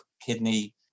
kidney